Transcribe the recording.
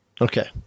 Okay